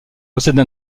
possède